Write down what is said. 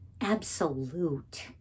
absolute